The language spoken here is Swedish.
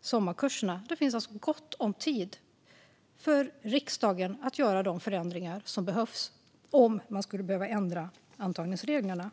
sommarkurserna. Det finns alltså gott om tid för riksdagen att göra de förändringar som behövs om man skulle behöva ändra antagningsreglerna.